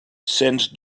sens